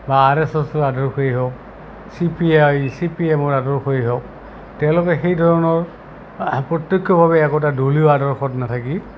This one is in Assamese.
বা আৰ এছ এছৰ আদৰ্শই হওক C P I C P এমৰ আদৰ্শই হওক তেওঁলোকে সেই ধৰণৰ প্ৰত্যক্ষভাৱে একোটা দলীয় আদৰ্শত নাথাকি